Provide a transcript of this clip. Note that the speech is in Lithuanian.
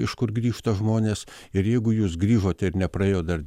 iš kur grįžta žmonės ir jeigu jūs grįžote ir nepraėjo dar